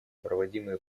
проводимые